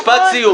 יעקב, משפט סיום.